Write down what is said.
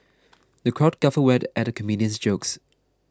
the crowd guffawed at comedian's jokes